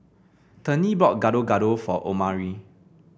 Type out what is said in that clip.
Tennie bought Gado Gado for Omari